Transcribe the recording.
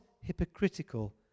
hypocritical